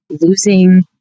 losing